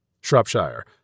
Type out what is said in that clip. Shropshire